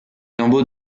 lambeaux